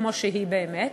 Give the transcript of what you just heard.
כמו שהיא באמת,